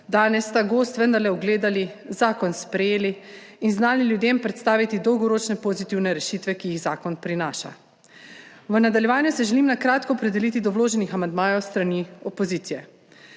danes ta gozd vendarle ugledali, zakon sprejeli in znali ljudem predstaviti dolgoročne pozitivne rešitve, ki jih zakon prinaša. V nadaljevanju se želim na kratko opredeliti do vloženih amandmajev s strani opozicije.